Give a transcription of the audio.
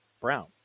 Brown